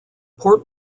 port